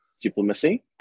diplomacy